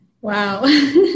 Wow